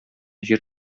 җир